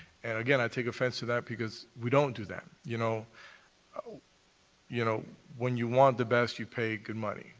and, again, i take offense to that because we don't do that. you know you know, when you want the best, you pay good money,